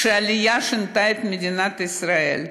שהעלייה שינתה את מדינת ישראל,